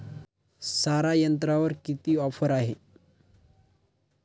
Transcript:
सारा यंत्रावर किती ऑफर आहे?